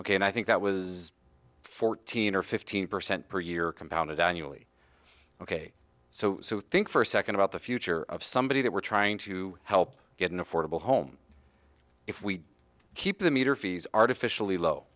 ok and i think that was fourteen or fifteen percent per year compounded annually ok so i think for a second about the future of somebody that we're trying to help get an affordable home if we keep the meter fees artificially low